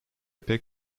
pek